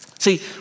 See